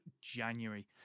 January